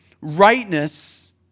rightness